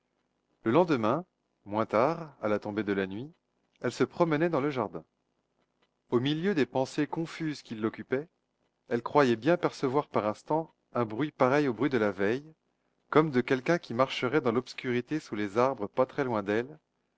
le lendemain moins tard à la tombée de la nuit elle se promenait dans le jardin au milieu des pensées confuses qui l'occupaient elle croyait bien percevoir par instants un bruit pareil au bruit de la veille comme de quelqu'un qui marcherait dans l'obscurité sous les arbres pas très loin d'elle